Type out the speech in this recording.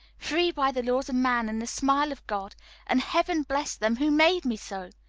free by the laws of man and the smile of god and heaven bless them who made me so!